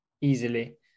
easily